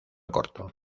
corto